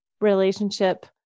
relationship